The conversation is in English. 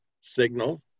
signal